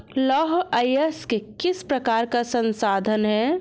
लौह अयस्क किस प्रकार का संसाधन है?